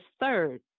third